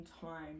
time